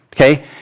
okay